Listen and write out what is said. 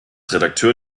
redakteur